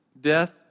Death